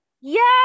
Yes